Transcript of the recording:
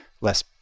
less